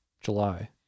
July